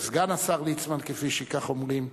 או סגן השר ליצמן, כפי שאומרים,